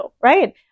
right